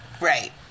Right